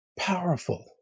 powerful